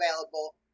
available